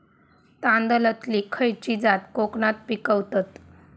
तांदलतली खयची जात कोकणात पिकवतत?